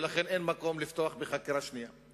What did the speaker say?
ולכן אין מקום לפתוח בחקירה שנייה.